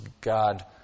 God